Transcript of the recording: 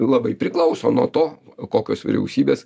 labai priklauso nuo to kokios vyriausybės